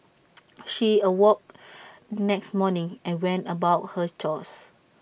she awoke next morning and went about her chores